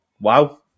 wow